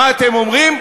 מה אתם אומרים?